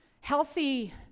healthy